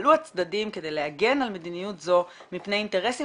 יפעלו הצדדים כדי להגן על מדיניות זו מפני אינטרסים